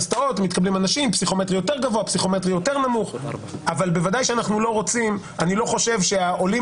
פסיכומטרי יותר גבוה וכו' אני לא חושב שהעולים